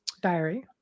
diary